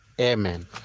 amen